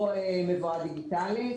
או מבואה דיגיטלית,